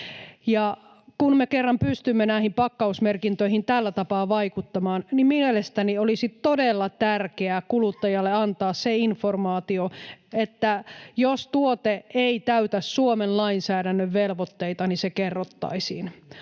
Kun me kerran pystymme näihin pakkausmerkintöihin tällä tapaa vaikuttamaan, niin mielestäni olisi todella tärkeää kuluttajalle antaa se informaatio, että jos tuote ei täytä Suomen lainsäädännön velvoitteita, se kerrottaisiin.